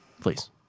please